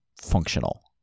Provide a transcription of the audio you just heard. functional